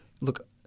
Look